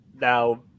now